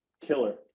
killer